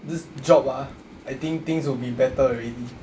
this job ah I think things will be better already